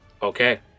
Okay